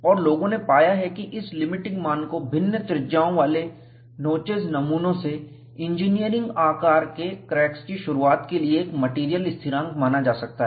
और लोगों ने पाया है कि इस लिमिटिंग मान को भिन्न त्रिज्याओं वाले नोचेज नमूनों से इंजीनियरिंग आकार के क्रैक्स की शुरुआत के लिए एक मेटीरियल स्थिरांक माना जा सकता है